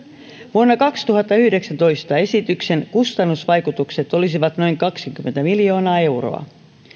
vuonna kaksituhattayhdeksäntoista esityksen kustannusvaikutukset olisivat noin kaksikymmentä miljoonaa euroa